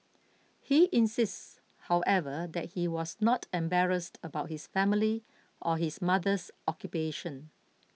he insists however that he was not embarrassed about his family or his mother's occupation